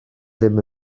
ddim